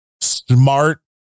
smart